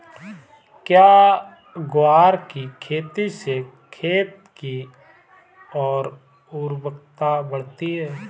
क्या ग्वार की खेती से खेत की ओर उर्वरकता बढ़ती है?